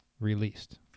released